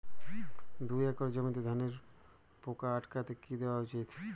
দুই একর জমিতে ধানের পোকা আটকাতে কি দেওয়া উচিৎ?